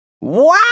Wow